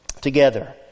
together